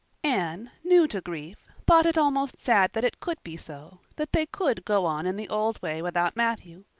anne, new to grief, thought it almost sad that it could be so that they could go on in the old way without matthew.